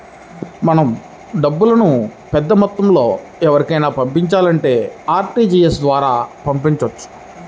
మనం డబ్బుల్ని పెద్దమొత్తంలో ఎవరికైనా పంపించాలంటే ఆర్టీజీయస్ ద్వారా పంపొచ్చు